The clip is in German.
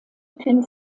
kind